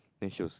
she would say